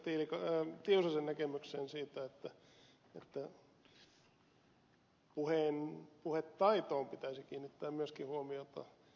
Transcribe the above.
tiusasen näkemykseen siitä että puhetaitoon pitäisi kiinnittää myöskin huomiota